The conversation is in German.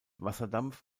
wasserdampf